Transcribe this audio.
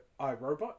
iRobot